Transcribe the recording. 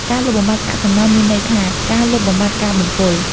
ការលុបបំបាត់កាកសំណល់មានន័យថាការលុបបំបាត់ការបំពុល។